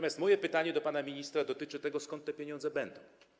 Moje pytanie do pana ministra dotyczy tego, skąd te pieniądze będą.